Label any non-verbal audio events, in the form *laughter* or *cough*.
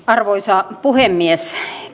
*unintelligible* arvoisa puhemies